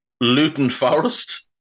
Luton-Forest